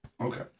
Okay